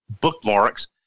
Bookmarks